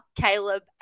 Caleb